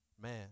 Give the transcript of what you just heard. Man